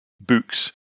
books